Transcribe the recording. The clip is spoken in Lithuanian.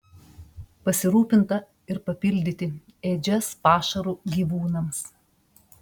pasirūpinta ir papildyti ėdžias pašaru gyvūnams